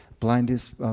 Blindness